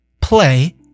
play